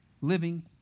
living